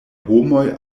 homoj